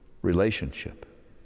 relationship